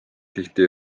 tihti